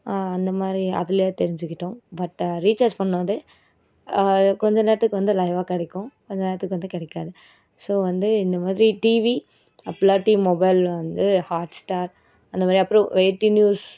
அந்த மாதிரி அதில் தெரிஞ்சுக்கிட்டோம் பட்டு ரீசார்ஜ் பண்ணால் வந்து கொஞ்ச நேரத்துக்கு வந்து லைவா கிடைக்கும் கொஞ்ச நேரத்துக்கு வந்து கிடைக்காது ஸோ வந்து இந்தமாதிரி டிவி அப்படி இல்லாட்டி மொபைல் வந்து ஹாட் ஸ்டார் அந்தமாதிரி அப்புறோம் நியூஸ்